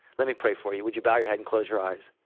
let me pray for you would you bow your head and close your eyes.